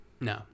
No